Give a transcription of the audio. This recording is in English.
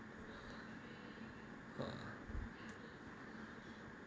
err